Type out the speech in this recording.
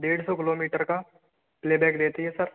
डेढ़ सौ किलोमीटर का प्लैबैक देती है सर